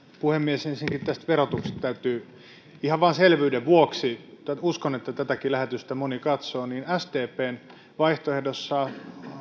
puhemies ensinnäkin tästä verotuksesta täytyy ihan vain selvyyden vuoksi todeta uskon että tätäkin lähetystä moni katsoo että sdpn vaihtoehdossa